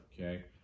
okay